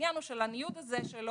העניין הוא שלניוד הזה שלו